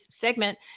segment